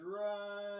right